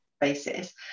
basis